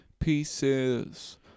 Pieces